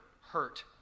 hurt